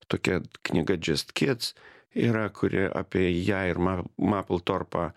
tokia knyga just kids yra kuri apie ją ir ma mapltorpą